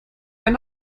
ein